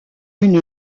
une